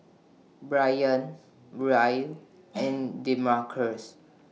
Bryant Brielle and Demarcus